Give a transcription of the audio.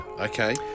Okay